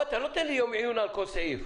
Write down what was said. אתה לא תיתן יום עיון על כל סעיף,